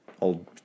old